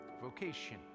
vocation